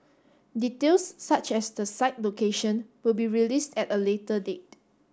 details such as the site location will be released at a later date